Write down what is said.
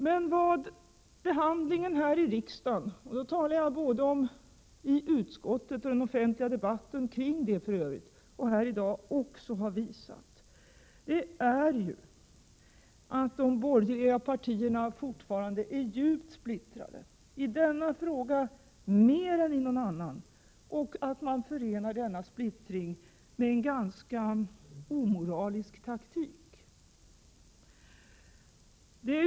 Men vad behandlingen i riksdagen — då talar jag både om beredningen i utskottet och den offentliga debatten kring detta, även häri dag -— har visat, är att de borgerliga partierna fortfarande är djupt splittrade i denna fråga, mer än i någon annan. Denna splittring förenas med en ganska omoralisk taktik.